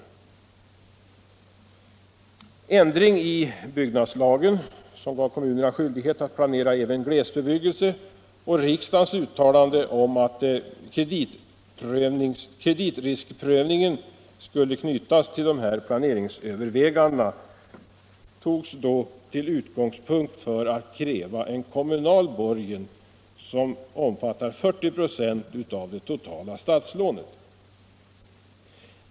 En ändring i byggnadslagen, som ålade kommunerna skyldighet att planera även glesbebyggelse, och riksdagens uttalande att kreditriskprövningen skulle knytas till dessa planeringsöverväganden togs då till utgångspunkt för att kräva en kommunal borgen som omfattar 40 96 av det totala statliga lånet.